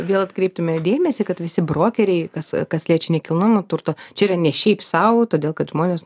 vėl atkreiptume dėmesį kad visi brokeriai kas kas liečia nekilnojamą turto čia yra ne šiaip sau todėl kad žmonės